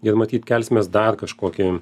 ir matyt kelsimės dar kažkokį